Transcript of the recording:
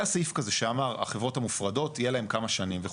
היה סעיף כזה שאמר החברות המופרדות יהיה לכם כמה שנים וכו'.